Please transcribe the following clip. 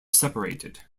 separated